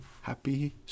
Happy